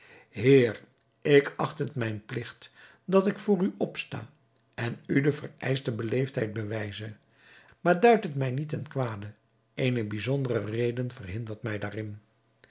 heer ik acht het mijn pligt dat ik voor u opsta en u de vereischte beleefdheid bewijze maar duid het mij niet ten kwade eene bijzondere reden verhindert mij daarin